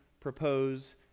propose